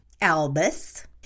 Albus